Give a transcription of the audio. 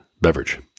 beverage